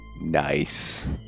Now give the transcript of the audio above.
Nice